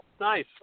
nice